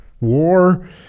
War